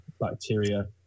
bacteria